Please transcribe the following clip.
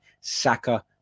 Saka